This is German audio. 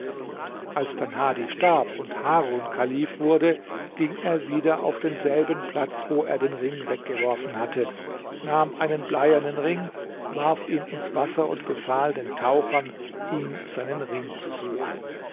als dann hadi starb und harun kalif wurde ging er wieder auf denselben platz wo er den ring weggeworfen hatte nahm einen bleiernen ring warf ihn ins wasser und befahl den tauchern ihm seinen ring zu suchen